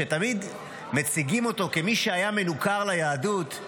שתמיד מציגים אותו כמי שהיה מנוכר ליהדות,